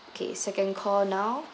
okay second call now